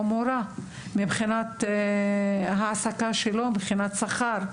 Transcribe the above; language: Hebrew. מוֹרָה מבחינת ההעסקה שלו ומבחינת שכר?